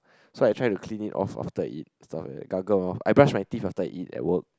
so I try to clean it off after I eat stuff like that gargle lor I brush my teeth after I eat at work